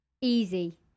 Easy